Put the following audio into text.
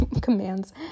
commands